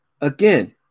again